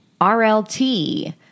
RLT